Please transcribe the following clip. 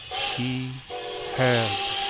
he heard,